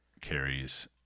carries